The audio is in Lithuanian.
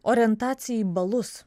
orientacija į balus